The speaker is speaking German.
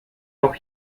doch